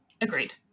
Agreed